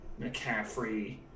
McCaffrey